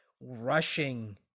rushing